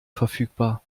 verfügbar